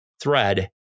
thread